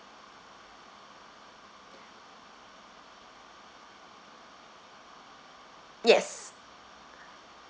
yes